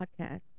podcast